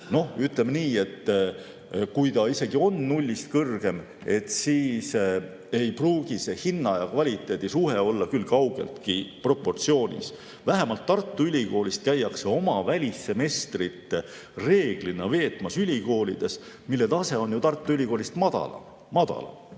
Noh, ütleme nii, et kui ta isegi on nullist kõrgem, siis ei pruugi see hinna ja kvaliteedi suhe olla küll kaugeltki proportsioonis. Vähemalt Tartu Ülikoolist käiakse oma välissemestrit reeglina veetmas ülikoolides, mille tase on Tartu Ülikoolist madalam, nõrgem.